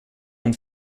und